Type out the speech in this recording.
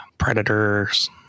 Predators